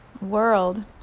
world